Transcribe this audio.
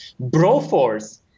Broforce